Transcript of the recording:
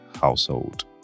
household